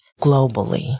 globally